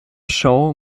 show